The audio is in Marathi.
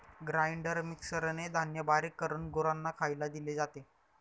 ग्राइंडर मिक्सरने धान्य बारीक करून गुरांना खायला दिले जाते